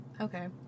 okay